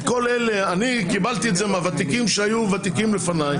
אני קיבלתי מהוותיקים שהיו לפניי,